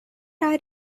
are